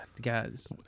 guys